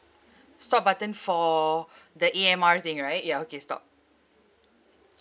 stop button for the A_M_R thing right ya okay stop